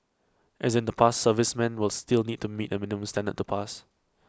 as in the past servicemen will still need to meet A minimum standard to pass